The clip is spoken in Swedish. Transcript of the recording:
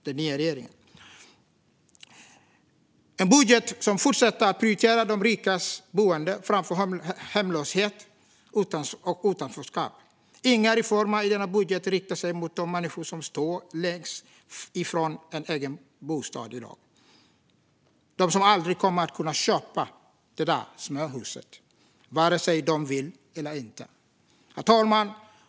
Det är en budget som fortsätter att prioritera de rikas boende framför hemlöshet och utanförskap. Inga reformer i denna budget riktar sig till de människor som står längst ifrån en egen bostad i dag - de som aldrig kommer att kunna köpa det där småhuset vare sig de vill eller inte. Herr talman!